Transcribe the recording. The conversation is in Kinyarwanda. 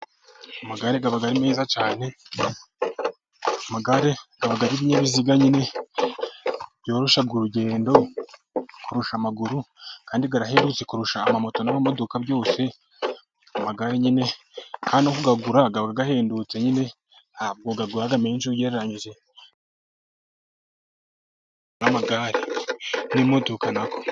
Amagare aba ari meza cyane. Amagare aba ari ibinyabiziga byoroshya urugendo kurusha amaguru, kandi arahenduka kurusha amamoto n'imodoka byose. Kandi nykline no kuyagura aba ahendutse nyine ntabwo agura menshi ugereranyije n' imodoka.